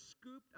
scooped